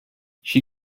she